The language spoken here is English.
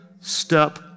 step